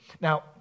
Now